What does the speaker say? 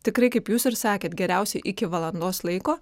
tikrai kaip jūs ir sakėt geriausiai iki valandos laiko